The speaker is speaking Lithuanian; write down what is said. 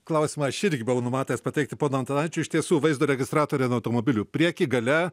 klausimą aš irgi buvau numatęs pateikti pono antanaičiui iš tiesų vaizdo registratoriai ant automobilių prieky gale